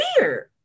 weird